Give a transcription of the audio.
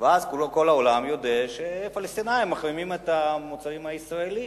ואז כל העולם יודע שהפלסטינים מחרימים את המוצרים הישראליים,